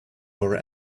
our